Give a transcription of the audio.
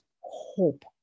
hope